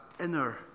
inner